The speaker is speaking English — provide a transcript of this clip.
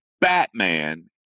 Batman